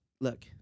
look